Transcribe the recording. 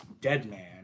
Deadman